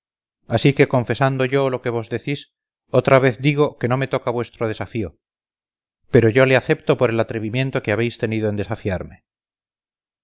así que confesando yo lo que vos decís otra vez digo que no me toca vuestro desafío pero yo le acepto por el atrevimiento que habéis tenido en desafiarme